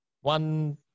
one